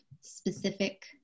specific